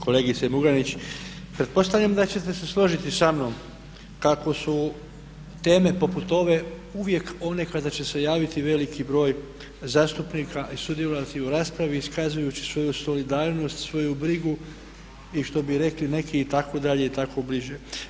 Kolegice Murganić, pretpostavljam da ćete se složiti samnom kako su teme poput ove uvijek one kada će se javiti veliki broj zastupnika i sudjelovati u raspravi iskazujući svoju solidarnost, svoju brigu i što bi rekli neki i tako dalje i tako bliže.